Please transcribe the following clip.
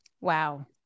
Wow